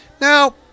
Now